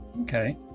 okay